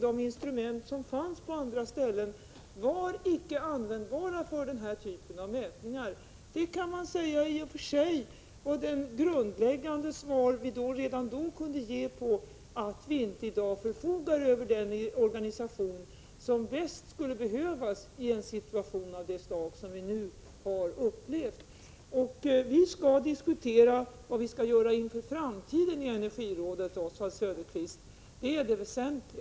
De instrument som fanns på andra ställen var inte användbara för den här typen av mätningar. Det var det grundläggande svar som vi redan då kunde ge. Vi förfogar inte i dag över den organisation som bäst skulle behövas i en situation av det slag som vi nu har upplevt. Vi skall i Energirådet diskutera vad vi skall göra inför framtiden, Oswald Söderqvist. Det är det väsentliga.